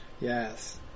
Yes